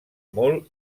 molt